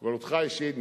אבל אותך אישית,